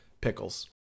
pickles